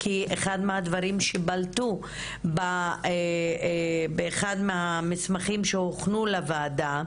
כי אחד מהדברים שבלטו באחד מהמסמכים שהוכנו עבור הוועדה,